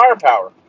firepower